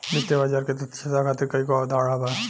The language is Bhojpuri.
वित्तीय बाजार के दक्षता खातिर कईगो अवधारणा बा